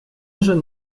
jeune